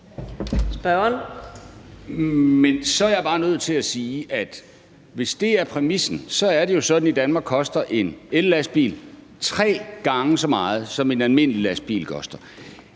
Så er jeg bare nødt til at sige, at hvis det er præmissen, er det jo sådan, at i Danmark koster en ellastbil tre gange så meget, som en almindelig lastbil koster.